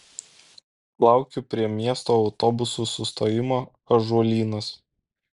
laukiu prie miesto autobusų sustojimo ąžuolynas